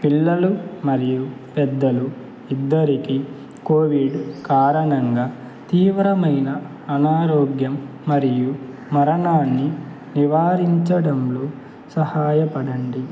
పిల్లలు మరియు పెద్దలు ఇద్దరికీ కోవిడ్ కారణంగా తీవ్రమైన అనారోగ్యం మరియు మరణాన్ని నివారించడంలో సహాయపడండి